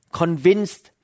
convinced